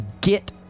get